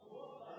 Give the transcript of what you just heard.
אולי, רק